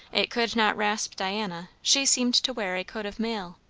it could not rasp diana she seemed to wear a coat of mail.